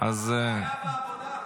זה היה בעבודה.